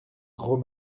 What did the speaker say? gros